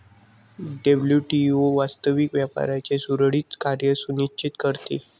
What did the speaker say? WTO वास्तविक व्यापाराचे सुरळीत कार्य सुनिश्चित करते